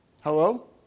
hello